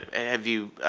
have you,